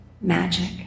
magic